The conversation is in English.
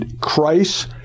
Christ